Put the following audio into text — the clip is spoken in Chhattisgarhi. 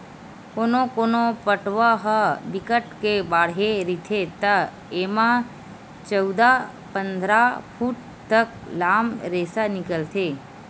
कोनो कोनो पटवा ह बिकट के बाड़हे रहिथे त एमा चउदा, पंदरा फूट तक लाम रेसा निकलथे